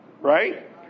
right